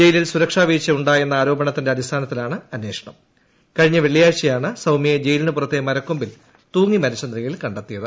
ജയിലിൽ സുരക്ഷാ വീഴ്ച ഉണ്ടായെന്ന ആരോപണത്തിന്റെ അടിസ്ഥാനത്തിലാണ് അന്വേഷണം കഴിഞ്ഞ വെളളിയാഴ്ചയാണ് സൌമൃയെ ജയിലിനു പുറത്തെ മരക്കൊമ്പിൽ തൂങ്ങി മരിച്ച നിലയിൽ കണ്ടെത്തിയത്